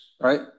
right